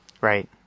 Right